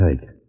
take